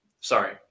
Sorry